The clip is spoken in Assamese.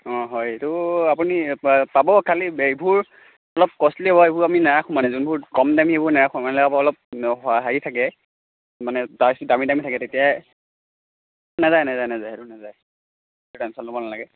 অঁ হয় সেইটো আপুনি পা পাব খালি ইবোৰ অলপ কষ্টলি হ'ব আমি নাৰাখোঁ মানে যোনবোৰ কমদামী সেইবোৰ নাৰাখোঁ মানে অলপ হেৰি থাকে মানে দামী দামী থাকে তেতিয়াহে নেযায় নেযায় নেযায় সেইটো নেযায় টেনশ্যন ল'ব নালাগে